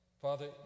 Father